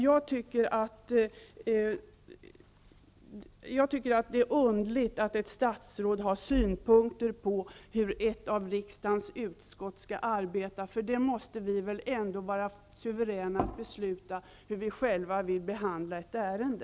Jag tycker att det är underligt att ett statsråd har synpunkter på hur ett av riksdagens utskott skall arbeta. Vi måste väl ändå vara suveräna att besluta hur vi själva vill behandla ett ärende.